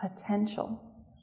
potential